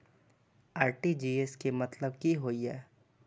RTGS के मतलब की होय ये?